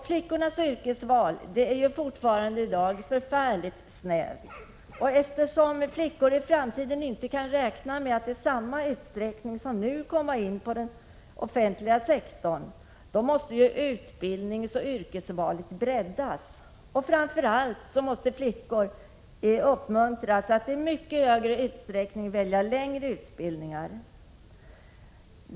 Flickornas yrkesval är fortfarande i dag förfärligt snävt, och eftersom flickor i framtiden inte kan räkna med att i samma utsträckning som nu komma in på den offentliga sektorn måste utbildningsoch yrkesvalet breddas. Framför allt måste flickor uppmuntras att i mycket större utsträckning välja längre utbildningar.